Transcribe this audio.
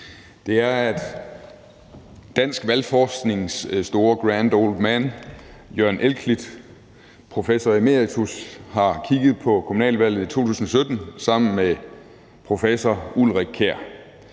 er, at dansk valgforsknings grand old man, Jørgen Elklit, professor emeritus, har kigget på kommunalvalget i 2017 sammen med professor Ulrik Kjær.